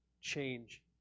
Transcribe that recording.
change